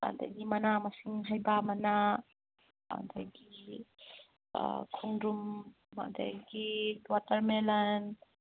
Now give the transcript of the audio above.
ꯑꯗꯒꯤ ꯃꯅꯥ ꯃꯁꯤꯡ ꯍꯩꯕꯥ ꯃꯅꯥ ꯑꯗꯒꯤ ꯈꯣꯡꯗ꯭ꯔꯨꯝ ꯑꯗꯒꯤ ꯋꯥꯇꯔꯃꯦꯂꯟ